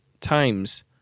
times